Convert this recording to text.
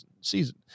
season